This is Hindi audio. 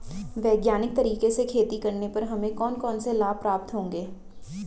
वैज्ञानिक तरीके से खेती करने पर हमें कौन कौन से लाभ प्राप्त होंगे?